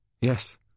Yes